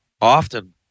often